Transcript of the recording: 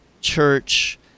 church